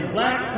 Black